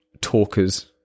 talkers